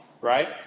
right